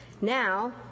Now